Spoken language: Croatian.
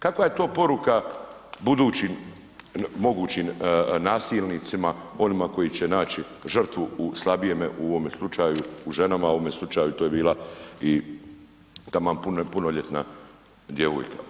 Kakva je to poruka budućim mogućim nasilnicima onima koji će naći žrtvu u slabijem, u ovom slučaju u ženama u ovom slučaju to je bila i taman punoljetna djevojka?